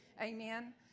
Amen